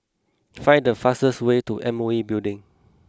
find the fastest way to M O E Building